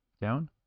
down